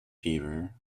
fever